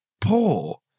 poor